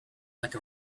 like